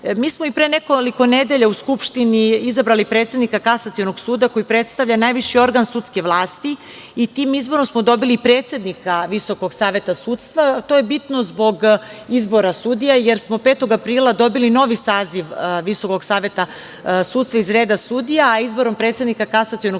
Mi smo i pre nekoliko nedelja u Skupštini izabrali predsednik Kasacionog suda koji predstavlja najviši organ sudske vlasti. Tim izborom smo dobili predsednika Visokog saveta sudstva. To je bitno zbog izbora sudija, jer smo 5. aprila dobili novi saziv Visokog saveta sudstva iz reda sudija, a izborom predsednika Kasacionog